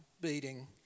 beating